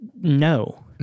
No